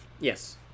Yes